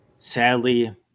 Sadly